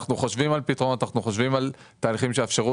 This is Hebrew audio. אנחנו חושבים על פתרונות ועל תהליכים שיאפשרו